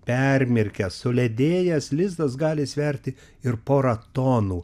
permirkęs suledėjęs lizdas gali sverti ir porą tonų